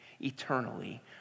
eternally